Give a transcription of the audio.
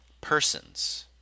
persons